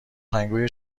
خبری